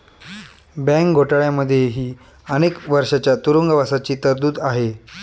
bank घोटाळ्यांमध्येही अनेक वर्षांच्या तुरुंगवासाची तरतूद आहे